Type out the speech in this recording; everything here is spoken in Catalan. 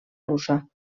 russa